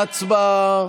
הצבעה.